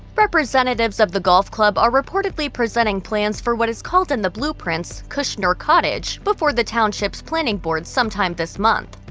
representatives of the golf club are reportedly presenting plans for what is called in the blueprints, kushner cottage, before the township's planning board some time this month.